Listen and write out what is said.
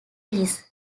teas